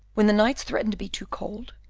when the nights threatened to be too cold,